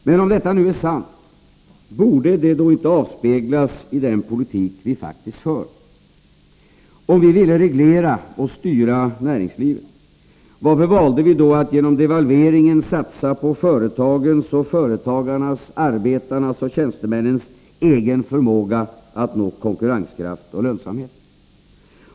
Men om detta nu är sant, borde det då inte avspeglas i den politik vi faktiskt för? Om vi ville reglera och styra näringslivet — varför valde vi då att genom devalveringen satsa på företagens och företagarnas, arbetarnas och tjänstemännens egen förmåga att nå konkurrenskraft och lönsamhet?